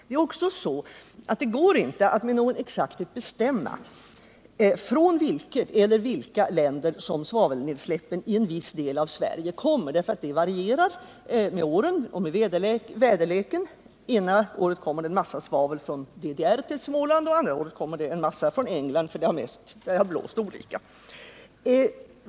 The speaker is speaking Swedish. Det är också så att det inte går att med någon exakthet bestämma från vilket land eller vilka länder som svavelnedsläppen i en viss del av Sverige kommer. Det varierar med åren och med väderleken. Det ena året kommer det en massa svavel från DDR till Småland, och det andra året kommer det en massa svavel från England — allt beroende på hur det har blåst.